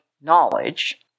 knowledge